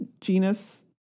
genus